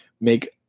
make